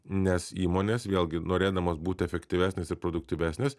nes įmonės vėlgi norėdamos būti efektyvesnės ir produktyvesnės